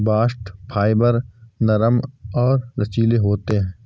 bast fibre नरम और लचीले होते हैं